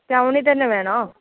ടൗണിൽ തന്നെ വേണോ